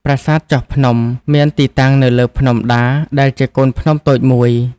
ប្រាសាទចោះភ្នំ មានទីតាំងនៅលើ ភ្នំដា ដែលជាកូនភ្នំតូចមួយ។